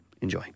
Enjoy